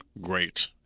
Great